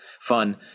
fun